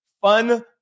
fun